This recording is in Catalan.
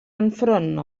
enfront